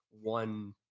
one